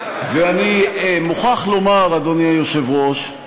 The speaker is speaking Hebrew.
ואני מוכרח לומר, אדוני היושב-ראש,